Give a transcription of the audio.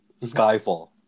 Skyfall